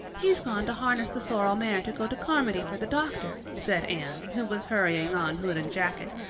he's gone to harness the sorrel mare to go to carmody for the doctor, said anne, who was hurrying on hood and jacket.